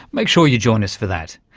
make sure you join us for that.